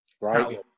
right